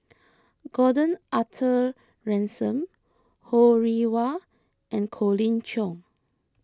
Gordon Arthur Ransome Ho Rih Hwa and Colin Cheong